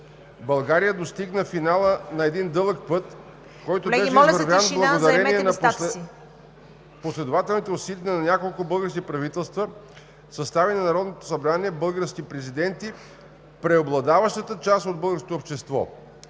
„България достигна финала на един дълъг път, който беше извървян, благодарение на последователните усилия на няколко български правителства, състави на народни събрания, български президенти, преобладаващата част от българското общество.“